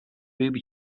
booby